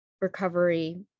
recovery